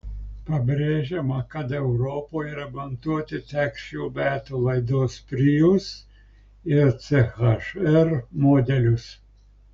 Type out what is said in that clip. pabrėžiama kad europoje remontuoti teks šių metų laidos prius ir ch r modelius